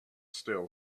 still